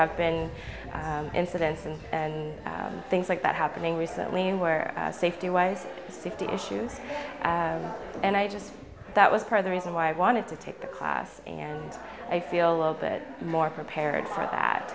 have been incidents and and things like that happening recently where safety was safety issues and i just that was part of the reason why i wanted to take the class and i feel a little bit more prepared for that